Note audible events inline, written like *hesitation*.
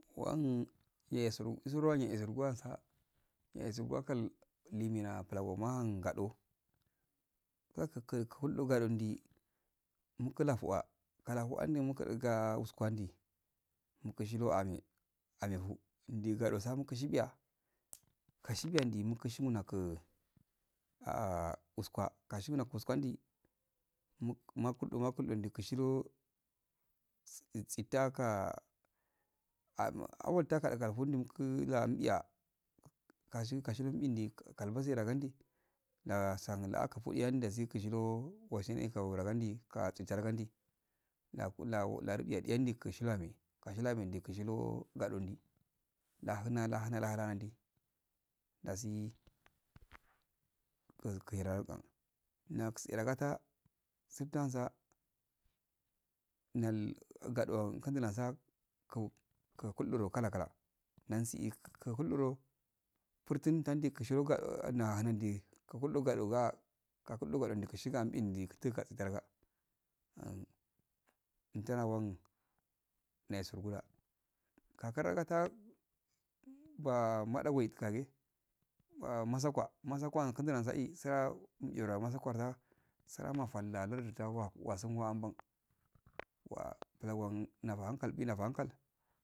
Wan yesuru uzarwage esurugwansa ya'e sugwakal limina klama matain gado kakuka kaldo gododi mukulafua kalafu andi mukuduga uskwandi mukushilo ame-amefu ndigado sam kushibiyakashi gandi mukushinaka *hesitation* uskwa kashigu na kuskandi muk makuldo ma kuldo ndikshi do isitaka adno awol takadiga fundi muki lambiya kash-kashimun bindi kalbasirandi la sangu laakpudi andiya zikishilo washin ikgindi ka tsi tsaragandi laku lao largi kishilo gadondi lahana-lahana-lahana nandi dasi kikuhure andan nakwehera gata sttansa nal gado sindulesa kau kundulo kala-kala nausi ikulludo partun nandi kishido gaa hnadi kakuldo gadoga kakudo gadogunshiga andubi kuta gats raga an intana wan naisurgwa masgwa kun dumasae sa iroha masakwarha salama falla lardon huwa wasun wa amban wa talban nata ankal binaka ankal